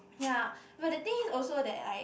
ya but the thing is also that I